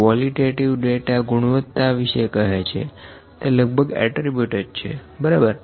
qualitative data ગુણવતા વિશે કહે છે તે લગભગ એટ્રીબુટ જ છે બરાબર